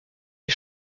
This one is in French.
les